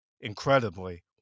incredibly